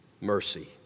mercy